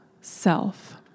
self